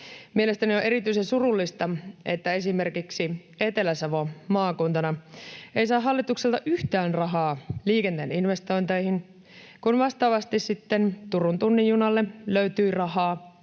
Mielestäni on erityisen surullista, että esimerkiksi Etelä-Savo maakuntana ei saa hallitukselta yhtään rahaa liikenneinvestointeihin, kun vastaavasti sitten Turun tunnin junalle löytyy rahaa